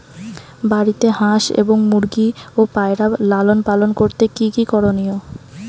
বাড়িতে হাঁস এবং মুরগি ও পায়রা লালন পালন করতে কী কী করণীয়?